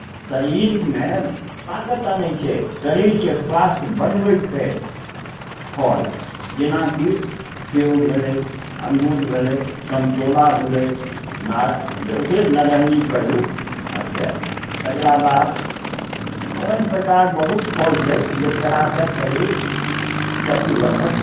शरीरमे ताकत अनै छै शरीरकेँ स्वास्थ्य बनबै छै फल जेनाकि सेब भेलै अंगूर भेलै संतोला भेलै ना ओकरे नारंगी कहियौ अच्छा तकरा बाद एवम प्रकार बहुत फल छै जे खयलासँ शरीर शक्तिवर्द्धक होइ